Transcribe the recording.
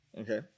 Okay